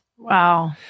Wow